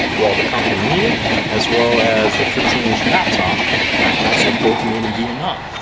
while the kanken mini as well as the fifteen inch laptop backpacks are both made in vietnam.